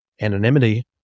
anonymity